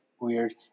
weird